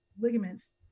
ligaments